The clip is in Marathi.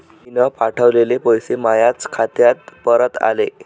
मीन पावठवलेले पैसे मायाच खात्यात परत आले